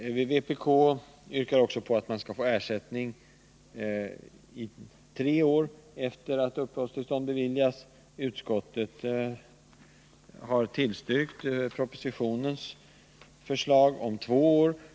Vpk yrkar också att kommunerna skall få ersättning under tre år efter det år uppehållstillstånd har beviljats. Utskottet har tillstyrkt propositionens förslag om en ersättningstid av två år efter detta år.